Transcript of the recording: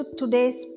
today's